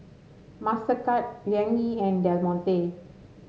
Mastercard Liang Yi and Del Monte